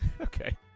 Okay